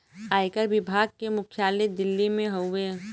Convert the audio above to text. आयकर विभाग के मुख्यालय दिल्ली में हउवे